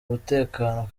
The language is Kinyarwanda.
umutekano